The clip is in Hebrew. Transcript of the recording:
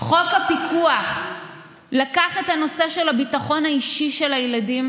חוק הפיקוח לקח את הנושא של הביטחון האישי של הילדים,